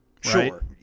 Sure